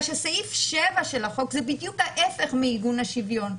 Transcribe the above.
שסעיף 7 של החוק זה בדיוק ההיפך מעיגון השוויון.